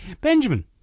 Benjamin